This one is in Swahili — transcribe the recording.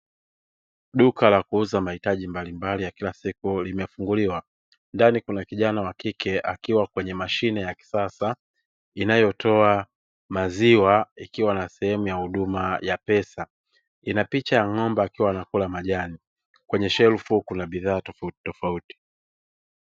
Duka la kuuza mahitaji mbalimbali ya kila siku limefunguliwa; ndani kuna kijana wa kike akiwa kwenye mashine ya kisasa inayotoa maziwa, ikiwa na sehemu ya huduma ya pesa. Ina picha ya ng'ombe akiwa anakula majani kwenye shelfu kuna bidhaa tofautitofauti.